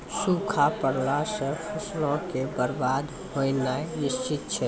सूखा पड़ला से फसलो के बरबाद होनाय निश्चित छै